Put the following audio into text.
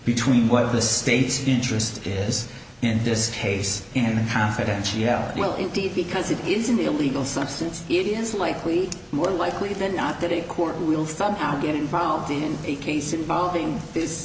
between what the state's interest is in this case and confidentiality well indeed because it is an illegal substance it is likely more likely than not that a court will somehow get involved in a case involving this